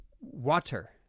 Water